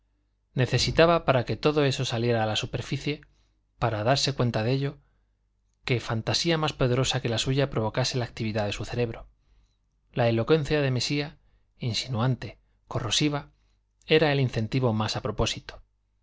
necesitaba para que todo eso saliera a la superficie para darse cuenta de ello que fantasía más poderosa que la suya provocase la actividad de su cerebro la elocuencia de mesía insinuante corrosiva era el incentivo más a propósito